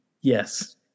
Yes